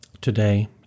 Today